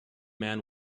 man